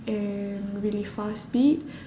and really fast beat